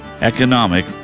economic